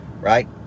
right